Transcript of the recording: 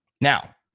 Now